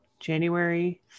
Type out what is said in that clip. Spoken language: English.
January